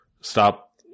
stop